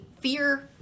fear